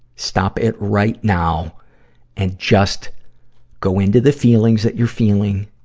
stop it right now and just go into the feelings that you're feeling